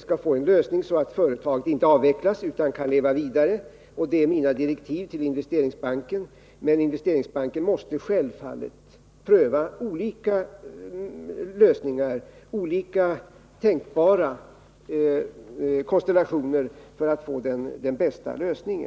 skall få en sådan lösning att företaget inte avvecklas utan kan leva vidare. Det är också innehållet i mina direktiv till Investeringsbanken, men Investeringsbanken måste självfallet pröva olika tänkbara konstellationer för att få den bästa lösningen.